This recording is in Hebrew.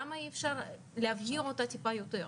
למה אי אפשר להבהיר אותה טיפה יותר,